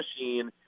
machine